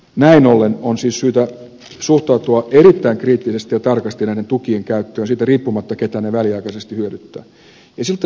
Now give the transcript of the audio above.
näin ollen on siis syytä suhtautua erittäin kriittisesti ja tarkasti näiden tukien käyttöön siitä riippumatta keitä ne väliaikaisesti hyödyttävät